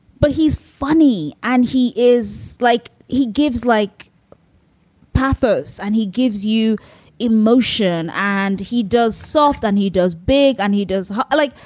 but he's funny and he is like he gives like pathos and he gives you emotion and he does soft on. he does big and he does i like.